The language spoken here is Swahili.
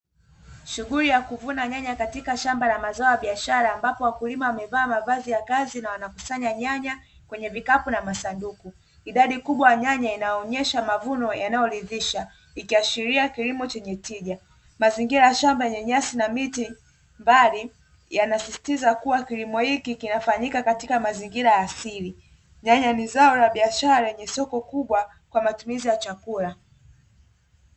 Shughuli ya kuvuna nyanya katika shamba la mazao ya biashara ambapo wakulima wamevaa mavazi ya kazi na wanakusanya nyanya kwenye vikapu na masanduku. Idadi kubwa ya nyanya inaonyesha mavuno yanayoridhisha ikiashiria kilimo chenye tija. Mazingira ya shamba yenye nyasi na miti mbali yanasisitiza kuwa kilimo hiki kinafanyika katika mazingira ya asili. Nyanya ni zao la biashara lenye soko kubwa kwa matumizi ya chakula.